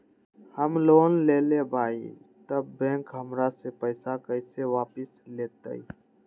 हम लोन लेलेबाई तब बैंक हमरा से पैसा कइसे वापिस लेतई?